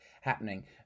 happening